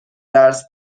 درس